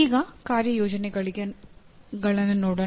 ಈಗ ಕಾರ್ಯಯೋಜನೆಗಳನ್ನು ನೋಡೋಣ